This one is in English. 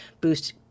boost